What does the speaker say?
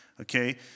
Okay